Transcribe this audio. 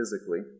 physically